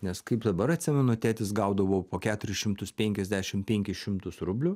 nes kaip dabar atsimenu tėtis gaudavo po keturis šimtus penkiasdešim penkis šimtus rublių